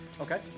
Okay